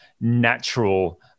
natural